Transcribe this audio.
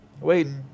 Waiting